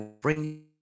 bring